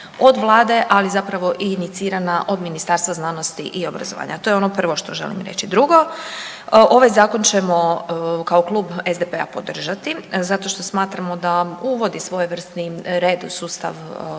od vlade ali zapravo inicirana od Ministarstva znanosti i obrazovanja. To je ono prvo što želim reći. Drugo ovaj zakon ćemo kao Klub SDP-a podržati zato što smatramo a uvodi svojevrsni red u sustav obrazovanja